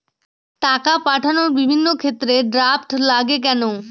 টাকা পাঠানোর বিভিন্ন ক্ষেত্রে ড্রাফট লাগে কেন?